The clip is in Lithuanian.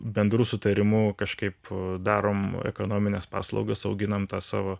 bendru sutarimu kažkaip darom ekonomines paslaugas auginam tą savo